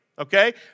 Okay